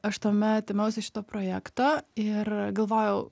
aš tuomet ėmiausi šito projekto ir galvojau